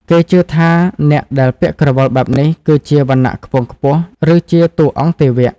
គេជឿថាអ្នកដែលពាក់ក្រវិលបែបនេះគឺជាវណ្ណៈខ្ពង់ខ្ពស់ ឬជាតួអង្គទេវៈ។